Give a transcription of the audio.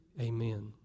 amen